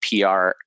PR